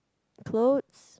clothes